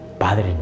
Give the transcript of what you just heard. Padre